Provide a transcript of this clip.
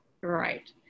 Right